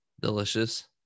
delicious